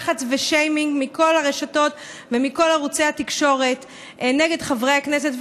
לחץ ושיימינג מכל הרשתות ומכל ערוצי התקשורת נגד חברי כנסת,